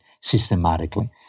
systematically